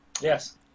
Yes